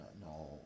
No